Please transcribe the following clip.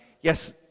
Yes